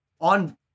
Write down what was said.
on